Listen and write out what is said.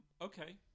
Okay